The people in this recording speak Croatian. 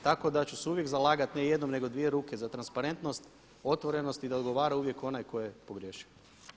Tako da ću se uvijek zalagati ne jednom nego dvije ruke za transparentnost, otvorenost i da odgovara uvijek onaj tko je pogriješio.